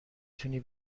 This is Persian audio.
تونی